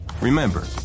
Remember